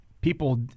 people